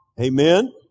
amen